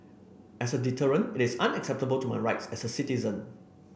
as a deterrent it is unacceptable to my rights as a citizen